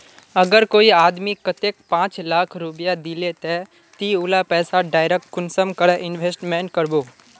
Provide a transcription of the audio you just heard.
अगर कोई आदमी कतेक पाँच लाख रुपया दिले ते ती उला पैसा डायरक कुंसम करे इन्वेस्टमेंट करबो?